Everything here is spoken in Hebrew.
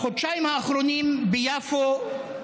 בחודשיים האחרונים ביפו,